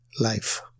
life